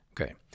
Okay